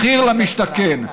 מחיר למשתכן.